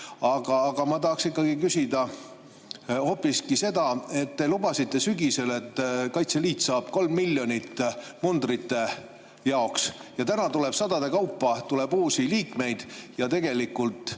Aga ma tahaksin küsida hoopiski seda. Te lubasite sügisel, et Kaitseliit saab 3 miljonit mundrite jaoks. Praegu tuleb sadade kaupa uusi liikmeid ja tegelikult